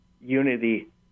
unity